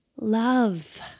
love